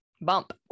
bump